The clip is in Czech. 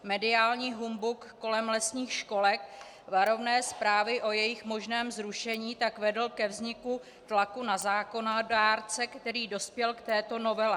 Mediální humbuk kolem lesních školek, varovné zprávy o jejich možném zrušení tak vedly ke vzniku tlaku na zákonodárce, který dospěl k této novele.